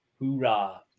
Hoorah